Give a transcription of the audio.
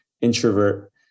introvert